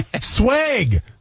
Swag